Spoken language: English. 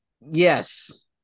Yes